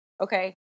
Okay